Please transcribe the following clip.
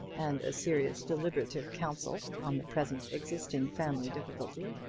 and a serious deliberative council on the present existing family difficulty